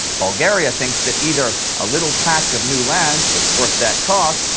bulgaria thinks that either a little patch of new land is worth that cost,